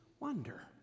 wonder